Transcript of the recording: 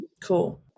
Cool